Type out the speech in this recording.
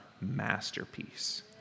masterpiece